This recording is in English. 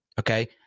Okay